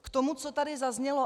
K tomu, co tady zaznělo.